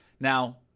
Now